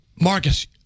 Marcus